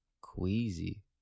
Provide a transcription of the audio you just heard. queasy